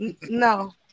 No